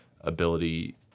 ability